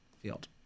field